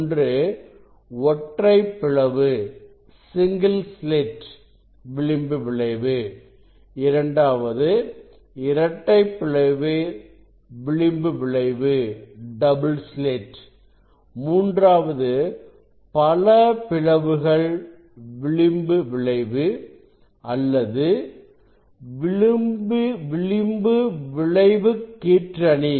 ஒன்று ஒற்றைப் பிளவு விளிம்பு விளைவு இரண்டாவது இரட்டைப் பிளவு விளிம்பு விளைவு மூன்றாவதாக பல பிளவுகள் விளிம்பு விளைவு அல்லது விளிம்பு விளைவுக் கீற்றணி